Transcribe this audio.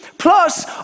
Plus